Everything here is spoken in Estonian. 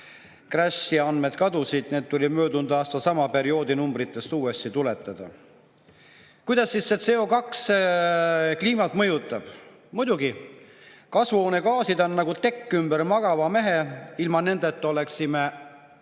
crash, andmed kadusid ja need tuli möödunud aasta sama perioodi numbritest uuesti tuletada. Kuidas siis CO2kliimat mõjutab? Muidugi, kasvuhoonegaasid on nagu tekk ümber magava mehe, ilma nendeta oleksime